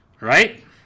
right